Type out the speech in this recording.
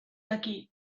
aquí